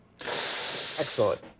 Excellent